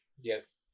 Yes